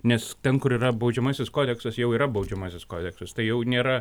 nes ten kur yra baudžiamasis kodeksas jau yra baudžiamasis kodeksas tai jau nėra